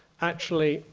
actually,